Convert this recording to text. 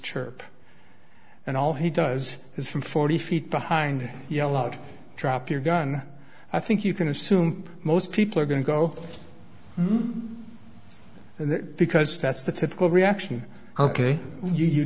chirp and all he does is from forty feet behind yell out drop your gun i think you can assume most people are going to go there because that's the typical reaction ok you